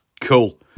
Cool